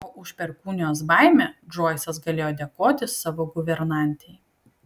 o už perkūnijos baimę džoisas galėjo dėkoti savo guvernantei